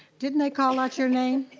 didn't they call out your name?